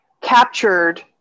captured